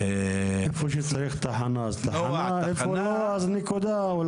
איפה שצריך תחנה אז תחנה, היכן שלא נקודה.